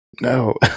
No